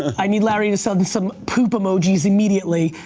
i need larry to send and some poop emoji's immediately.